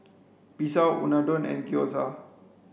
Pizza Unadon and Gyoza